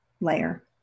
layer